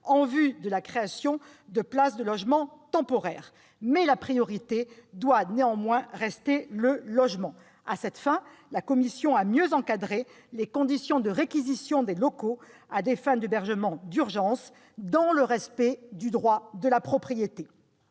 en vue de la création de places de logement temporaire. La priorité doit rester le logement ! Dans cette optique, la commission a mieux encadré les conditions de réquisition des locaux à des fins d'hébergement d'urgence, dans le respect du droit de propriété.